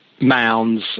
mounds